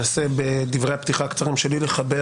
אני אנסה בדברי הפתיחה הקצרים שלי לחבר